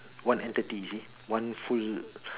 one entity you see one full